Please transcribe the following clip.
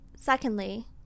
Secondly